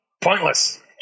Pointless